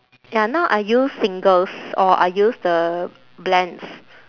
ya now I use singles or I use the blends